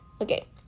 Okay